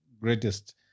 Greatest